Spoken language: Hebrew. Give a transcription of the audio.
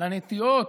לנטיעות?